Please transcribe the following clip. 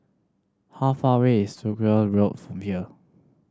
how far away is Road from here